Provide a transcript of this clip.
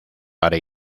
para